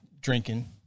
drinking